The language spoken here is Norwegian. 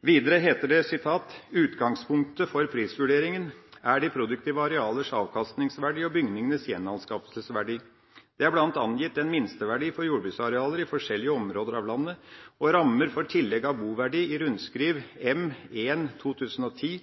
videre: «Utgangspunktet for prisvurderingen er de produktive arealers avkastningsverdi og bygningenes gjenanskaffeleseverdi. Det er bl.a. angitt en minsteverdi for jordbruksarealer i forskjellige områder av landet, og rammer for tillegg av boverdi; i rundskriv M-1/2010